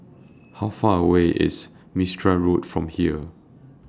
How Far away IS Mistri Road from here